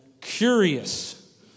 curious